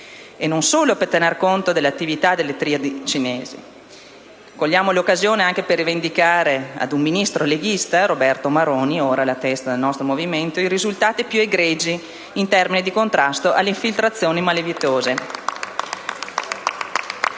e non solo per tener conto dell'attività delle triadi cinesi. Cogliamo poi l'occasione per rivendicare ad un Ministro leghista, Roberto Maroni, ora alla testa del nostro movimento, i risultati più egregi in termini di contrasto alle infiltrazioni malavitose.